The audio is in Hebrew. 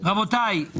רבותי,